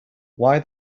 why